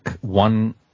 one